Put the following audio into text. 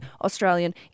Australian